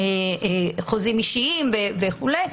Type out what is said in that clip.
של חוזים אישיים וכולי.